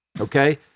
Okay